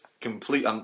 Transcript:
complete